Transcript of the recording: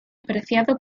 apreciado